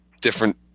different